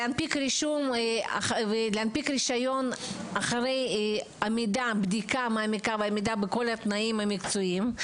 להנפיק רישיון רק אחרי בדיקה מעמיקה ועמידה בכל התנאים המקצועיים,